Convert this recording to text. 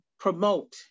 promote